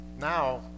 now